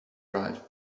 drive